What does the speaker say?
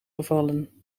gevallen